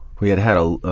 we had had a